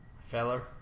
Feller